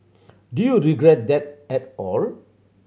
do you regret that at all